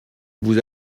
vous